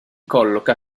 colloca